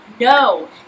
no